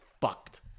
fucked